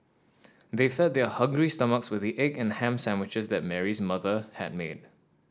they fed their hungry stomachs with the egg and ham sandwiches that Mary's mother had made